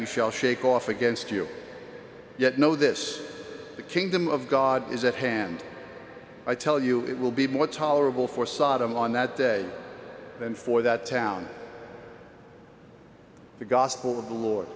shall shake off against you yet know this the kingdom of god is at hand i tell you it will be more tolerable for saddam on that day and for that town the gospel of the lord